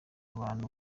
abantu